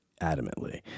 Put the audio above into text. adamantly